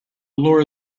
lure